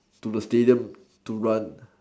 to the stadium to run